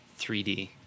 3D